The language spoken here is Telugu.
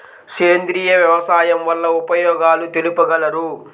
సేంద్రియ వ్యవసాయం వల్ల ఉపయోగాలు తెలుపగలరు?